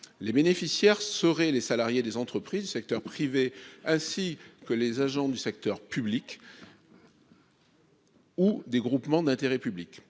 Les bénéficiaires seraient les salariés des entreprises du secteur privé et les agents du secteur public ou des groupements d'intérêt public.